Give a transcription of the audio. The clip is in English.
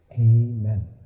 Amen